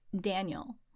Daniel